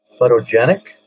Photogenic